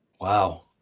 Wow